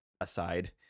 aside